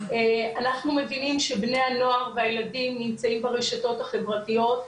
אנחנו מבינים שבני הנוער והילדים נמצאים ברשתות החברתיות,